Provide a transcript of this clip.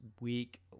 week